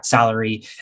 salary